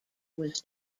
was